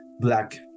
black